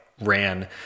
ran